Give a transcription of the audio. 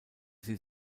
sie